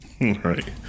Right